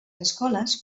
escoles